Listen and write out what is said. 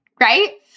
right